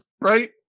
Right